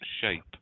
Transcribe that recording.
shape